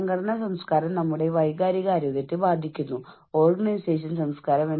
സംഘടനാപരമായ പങ്കാളിത്തവും പങ്കുചേരലുമാണ് മറ്റൊരു ഘടകം